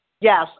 Yes